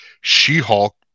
She-Hulk